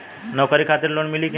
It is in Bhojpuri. नौकरी खातिर लोन मिली की ना?